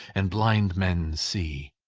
and blind men see.